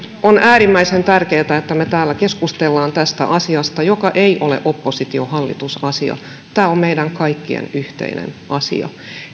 on äärimmäisen tärkeätä että me täällä keskustelemme tästä asiasta joka ei ole oppositio hallitus asia tämä on meidän kaikkien yhteinen asia